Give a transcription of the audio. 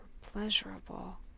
pleasurable